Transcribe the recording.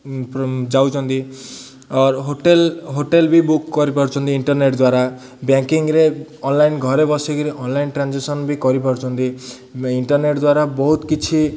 ଯାଉଛନ୍ତି ଆର୍ hotel hotel ବି ବୁକ୍ କରିପାରୁଛନ୍ତି ଇଣ୍ଟର୍ନେଟ୍ ଦ୍ୱାରା ବ୍ୟାଙ୍କିଂରେ ଅନଲାଇନ୍ ଘରେ ବସିକିରି ଅନଲାଇନ୍ ଟ୍ରାଞ୍ଜାକ୍ସନ୍ବି କରିପାରୁଛନ୍ତି ଇଣ୍ଟର୍ନେଟ୍ ଦ୍ୱାରା ବହୁତ କିଛି